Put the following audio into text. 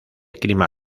clima